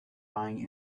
lying